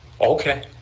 okay